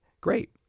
Great